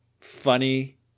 funny